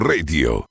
Radio